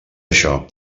això